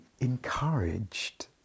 encouraged